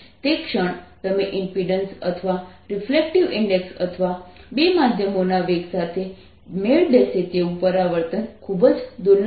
તે ક્ષણ તમે ઇમ્પિડન્સ અથવા રિફ્લેક્ટિવ ઇન્ડેક્સ અથવા બે માધ્યમોના વેગ સાથે મેળ બેસે તેવું પરાવર્તન ખૂબ જ દુર્લભ છે